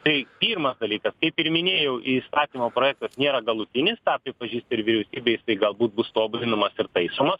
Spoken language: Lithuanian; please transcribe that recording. tai pirmas dalykas kaip ir minėjau įstatymo projektas nėra galutinis tą pripažįsta ir vyriausybė jisai galbūt bus tobulinama ir taisomas